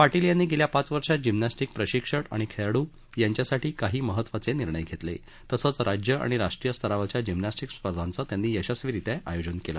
पाटील यांनी गेल्या पाच वर्षात जिम्नॅस्टिक प्रशिक्षक आणि खेळाडू यांच्यासाठी काही महत्वाचे निर्णय घेतले तसंच राज्य आणि राष्ट्रीय स्तरावरील जिम्नॅस्टिक स्पर्धांचं त्यांनी यशस्वीरीत्या आयोजन केलं